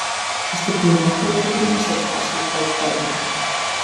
jis tiktai linktelėjo ir nusekė paskui feldfebelį